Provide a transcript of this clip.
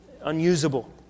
unusable